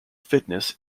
fitness